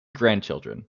grandchildren